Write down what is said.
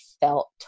felt